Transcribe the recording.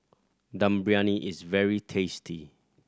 Dum Briyani is very tasty